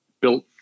built